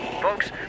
Folks